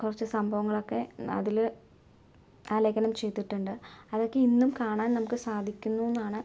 കുറച്ച് സംഭവങ്ങളൊക്കെ അതില് ആലേഖനം ചെയ്തിട്ടുണ്ട് അതൊക്കെ ഇന്നും കാണാൻ നമുക്ക് സാധിക്കുന്നൂന്നാണ്